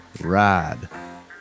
ride